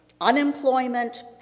unemployment